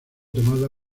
tomada